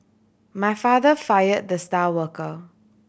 my father fire the star worker